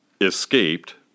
escaped